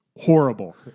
horrible